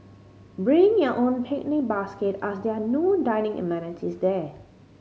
bring your own picnic basket as there are no dining amenities there